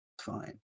fine